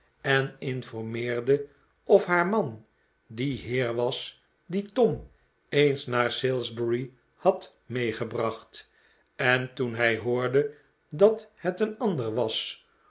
en informeerde of haar man die heer was dien tom eens naar salisbury had meegebracht en toen hij hoorde dat het een ander was